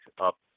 up